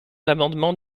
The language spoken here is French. l’amendement